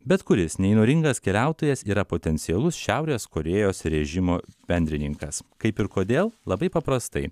bet kuris neįnoringas keliautojas yra potencialus šiaurės korėjos režimo bendrininkas kaip ir kodėl labai paprastai